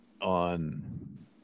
on